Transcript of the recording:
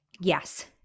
yes